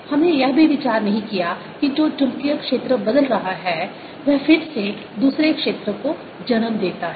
हमने यह भी विचार नहीं किया कि जो चुंबकीय क्षेत्र बदल रहा है वह फिर से दूसरे क्षेत्र को जन्म देता है